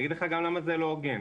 אני אגיד לך גם למה זה לא הוגן.